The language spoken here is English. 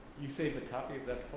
you saved a copy of that